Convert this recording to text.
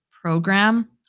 program